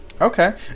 okay